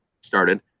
started